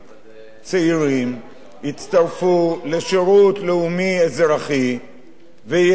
צעירים יצטרפו לשירות לאומי אזרחי ויסייעו,